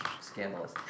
scandalous